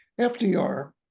FDR